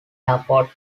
airport